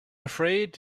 afraid